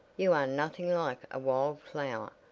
you are nothing like a wild flower,